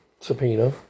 subpoena